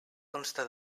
consta